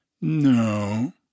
No